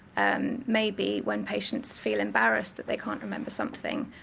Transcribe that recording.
and maybe when patients feel embarrassed that they can't remember something,